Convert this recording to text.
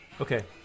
Okay